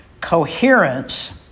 Coherence